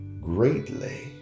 greatly